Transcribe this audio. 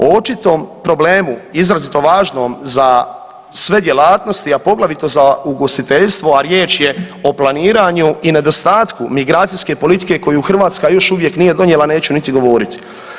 O očitom problemu izrazito važnom za sve djelatnosti, a poglavito za ugostiteljstvo, a riječ je o planiranju i nedostatku migracijske politike koju Hrvatska još uvijek nije donijela, neću niti govoriti.